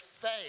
faith